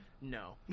No